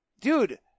dude